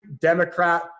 Democrat